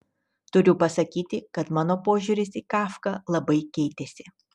turiu pasakyti kad mano požiūris į kafką labai keitėsi